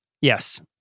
Yes